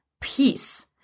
peace